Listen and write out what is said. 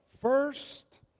first